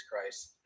Christ